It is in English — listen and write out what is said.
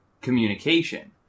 communication